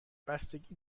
بستگی